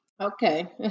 okay